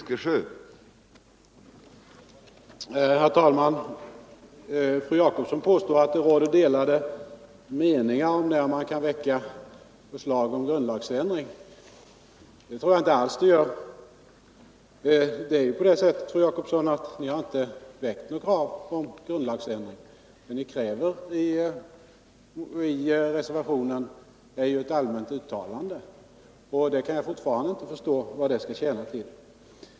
Herr talman! Fru Jacobsson påstod att det råder delade meningar om när man kan väcka förslag till grundlagsändring. Det tror jag inte alls att det gör. Det är ju så, fru Jacobsson, att ni inte har rest något krav på grundlagsändring, utan vad ni kräver i reservationen är ett allmänt uttalande. Och jag kan fortfarande inte förstå vad det skall tjäna till.